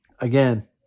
again